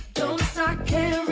don't start caring